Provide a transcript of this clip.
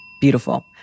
Beautiful